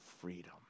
freedom